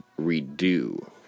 redo